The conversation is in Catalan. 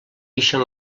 ixen